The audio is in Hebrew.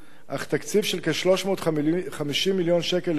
אך תקציב של כ-350 מיליון שקל לשנה